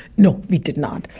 no, we did not.